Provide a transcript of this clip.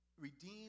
redeem